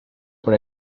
por